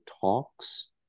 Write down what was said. talks